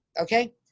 Okay